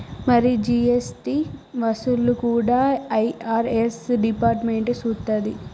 మరి జీ.ఎస్.టి వసూళ్లు కూడా ఐ.ఆర్.ఎస్ డిపార్ట్మెంట్ సూత్తది